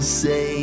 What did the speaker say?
say